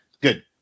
good